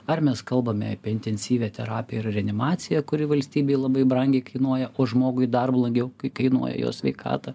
ar mes kalbame apie intensyvią terapiją ir reanimaciją kuri valstybei labai brangiai kainuoja o žmogui dar blogiau kai kainuoja jo sveikatą